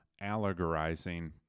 allegorizing